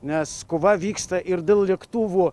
nes kova vyksta ir dėl lėktuvų